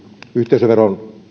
yhteisöveron